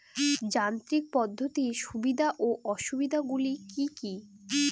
যান্ত্রিক পদ্ধতির সুবিধা ও অসুবিধা গুলি কি কি?